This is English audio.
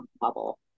bubble